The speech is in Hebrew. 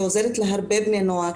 היא עוזרת להרבה בני נוער